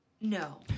No